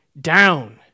Down